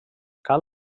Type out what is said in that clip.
cal